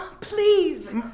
Please